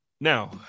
now